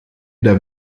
der